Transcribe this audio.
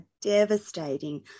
devastating